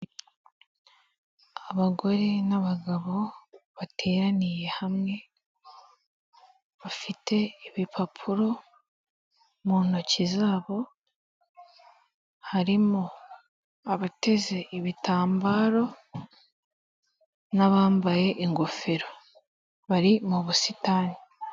Abagore n'abagabo, bateraniye hamwe, bafite ibipapuro, mu ntoki zabo, harimo abateze ibitambaro n'abambaye ingofero bari mu busitani.